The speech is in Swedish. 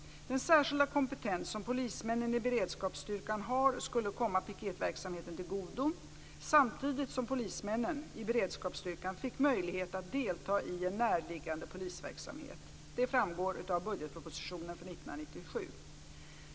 Den särskilda kompetens som polismännen i beredskapsstyrkan har skulle komma piketverksamheten till godo, samtidigt som polismännen i beredskapsstyrkan fick möjlighet att delta i en närliggande polisverksamhet. Detta framgår av budgetpropositionen för 1997.